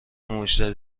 مشتری